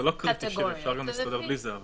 לצרכים האלה.